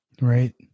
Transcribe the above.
right